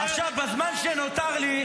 למה הצבעת נגד החיילים?